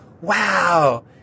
wow